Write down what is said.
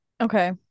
Okay